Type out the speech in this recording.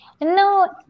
No